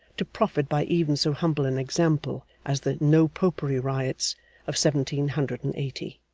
to profit by even so humble an example as the no popery riots of seventeen hundred and eighty.